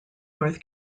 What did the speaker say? north